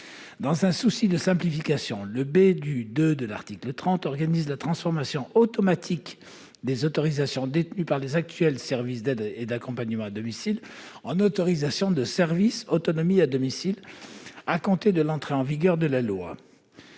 Dans un souci de simplification, le B du II de l'article 30 organise la transformation automatique des autorisations détenues par les actuels services d'aide et d'accompagnement à domicile en autorisations de services autonomie à domicile à compter de l'entrée en vigueur de la loi.